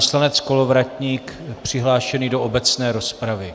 Pan poslanec Kolovratník přihlášený do obecné rozpravy.